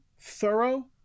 thorough